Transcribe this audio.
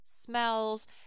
smells